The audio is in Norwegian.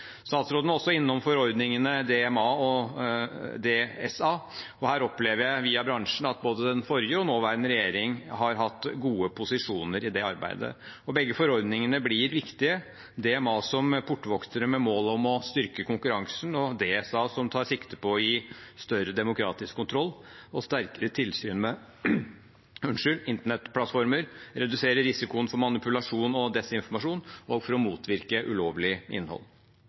Statsråden var også innom forordningene DMA og DSA, og her opplever jeg via bransjen at både den forrige og nåværende regjering har hatt gode posisjoner i det arbeidet. Begge forordningene blir viktige; DMA som portvoktere med mål om å styrke konkurransen, mens DSA tar sikte på å gi større demokratisk kontroll og sterkere tilsyn med internettplattformer, redusere risikoen for manipulasjon og desinformasjon og for å motvirke ulovlig innhold.